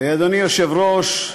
אדוני היושב-ראש,